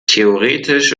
theoretisch